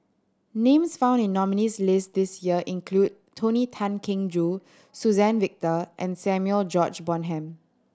names found in the nominees' list this year include Tony Tan Keng Joo Suzann Victor and Samuel George Bonham